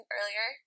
earlier